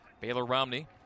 Baylor-Romney